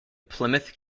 plymouth